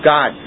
God